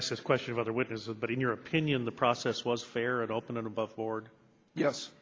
asked this question of other witnesses but in your opinion the process was fair and open and aboveboard yes